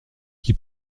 qui